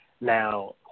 Now